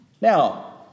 Now